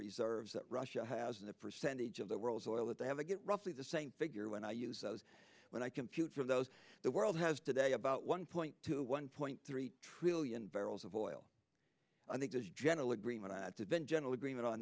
reserves that russia has in the percentage of the world's oil that they have to get roughly the same figure when i use those when i compute from those the world has today about one point two one point three trillion barrels of oil i think there's general agreement i had to vent general agreement on